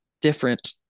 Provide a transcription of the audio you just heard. different